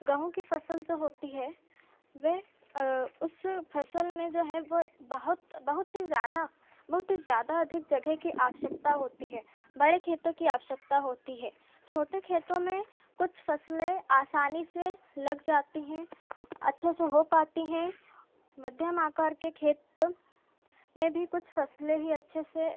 गेहूँ की फसल जो होती है वह उस फसल में जो है वे बहुत बहुत ही ज़्यादा बहुत ही यादा अधिक जगेह की आवश्यकता होती है बड़े खेतों की आवश्यकता होती है छोटे खेतों में कुछ फसलें आसानी से लग जाती हैं अच्छे से हो पाती हैं मध्यम आकार के खेत में भी कुछ फसलें ही अच्छे से